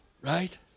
right